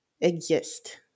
exist